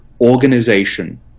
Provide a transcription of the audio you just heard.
organization